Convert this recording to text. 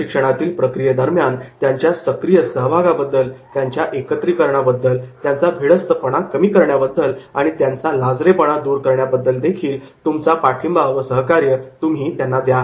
प्रशिक्षणातील प्रक्रियेदरम्यान त्यांच्या सक्रिय सहभागाबद्दल त्यांच्या एकत्रीकरणात बद्दल त्यांचा भिडस्तपणा कमी करण्याबद्दल आणि त्यांचा लाजरेपणा दूर करण्याबद्दलदेखील तुमचा पाठिंबा व सहकार्य त्यांना तुम्ही द्या